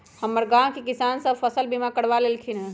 हमर गांव के किसान सभ फसल बीमा करबा लेलखिन्ह ह